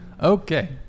Okay